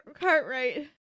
Cartwright